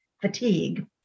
fatigue